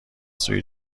سوی